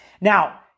Now